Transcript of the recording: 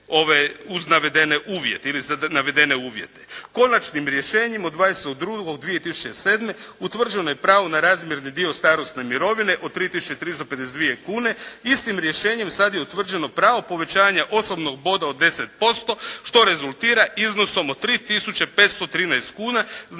Konačnim rješenjem od 20.2.2007. utvrđeno je pravo na razmjerni dio starosne mirovine od 3.352,00 kune. Istim rješenjem sada je utvrđeno pravo povećanja osobnog boda od 10% što rezultira iznosom od 3.513,00 kuna, znači to je povećanje po članku